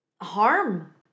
harm